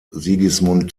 sigismund